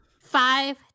Five